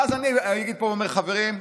ואז אני אגיד פה: חברים,